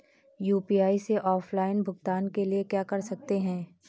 UPI से offline भुगतान के लिए क्या कर सकते हैं?